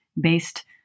based